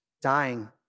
dying